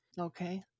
Okay